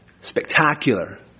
spectacular